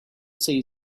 say